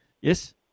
Yes